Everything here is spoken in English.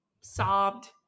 sobbed